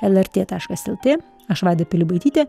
lrt taškas lt aš vaida pilibaitytė